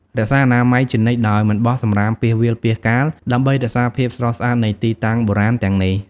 រក្សាអនាម័យជានិច្ច ដោយមិនបោះសំរាមពាសវាលពាសកាល ដើម្បីរក្សាភាពស្រស់ស្អាតនៃទីតាំងបុរាណទាំងនេះ។